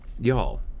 Y'all